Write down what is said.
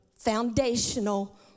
foundational